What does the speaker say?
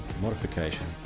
modification